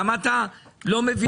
למה אתה לא מביא תקציב רגיל?